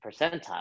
percentile